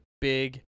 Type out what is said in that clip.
big